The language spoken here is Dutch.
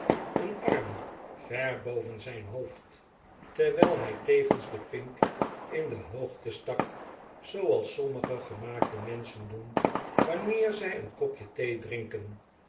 g arm ver boven zijn hoofd terwijl hij tevens de pink in de hoogte stak zooals aommige gemaakte menschen doen wanneer zij een kopje thee drinken